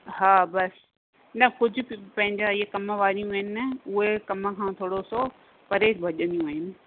हा बसि न कुझु पंहिंजा हीअ कम वारियूं आहिनि न उहे कम खां थोरो सो परे भजंदियूं आहिनि